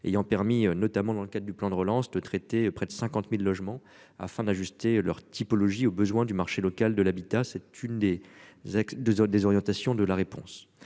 ayant permis notamment dans le cadre du plan de relance de traiter près de 50.000 logements afin d'ajuster leur typologie aux besoins du marché local de l'habitat, c'est une des. Deux autres des orientations de la réponse.